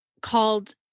called